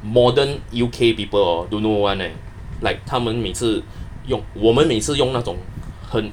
modern U_K people hor don't know [one] eh like 他们每次用我们每次用那种很